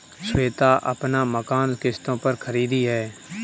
श्वेता अपना मकान किश्तों पर खरीदी है